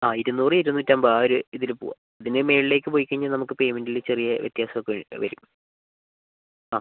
ആ ഇരുനൂറ് ഇരുനൂറ്റമ്പത് ആ ഒരിതിൽ പോവാം അതിന് മുകളിലേക്ക് പോയിക്കഴിഞ്ഞാൽ നമുക്ക് പേയ്മെൻ്റിൽ ചെറിയ വ്യത്യാസം ഒക്കെ വെ വരും ആ